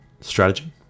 strategy